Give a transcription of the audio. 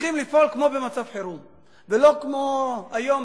צריכים לפעול כמו במצב חירום ולא כמו היום,